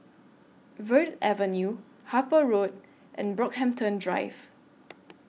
Verde Avenue Harper Road and Brockhampton Drive